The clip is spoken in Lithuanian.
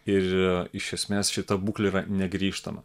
ir iš esmės šita būklė yra negrįžtama